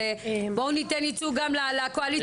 בואו ניתן ייצוג גם לקואליציה.